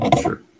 Sure